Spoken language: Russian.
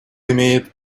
имеет